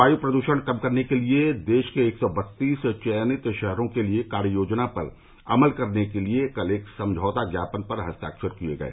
वायु प्रदृषण कम करने के लिए देश के एक सौ बत्तीस चयनित शहरों के लिए कार्य योजना पर अमल करने के लिए कल एक समझौता ज्ञापन पर हस्ताक्षर किए गए